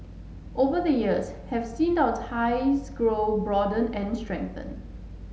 over the years have seen out ties grow broaden and strengthen